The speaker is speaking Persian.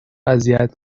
اذیت